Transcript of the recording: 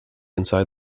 inside